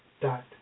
dot